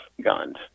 guns